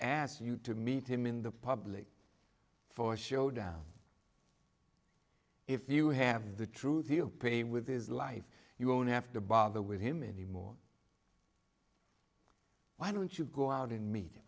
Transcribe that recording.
ass you to meet him in the public for showdown if you have the truth you pay with his life you won't have to bother with him many more why don't you go out in meet